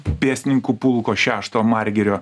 pėstininkų pulko šešto margirio